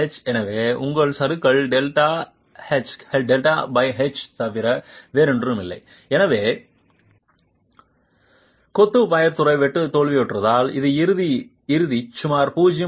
எனவே உங்கள் சறுக்கல் Δ h தவிர வேறொன்றுமில்லை எனவே கொத்து பையர் துறை வெட்டு தோல்வியுற்றால் அது இறுதி சுமார் 0